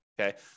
okay